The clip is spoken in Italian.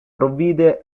provvide